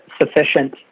sufficient